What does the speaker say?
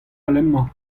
alemañ